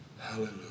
Hallelujah